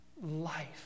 life